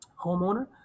homeowner